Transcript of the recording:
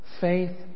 Faith